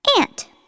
Ant